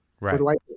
Right